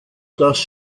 dass